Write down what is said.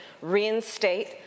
reinstate